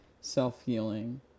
self-healing